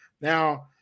Now